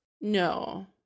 no